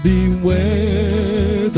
Beware